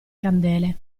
candele